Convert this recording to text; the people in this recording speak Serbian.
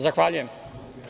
Zahvaljujem.